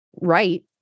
right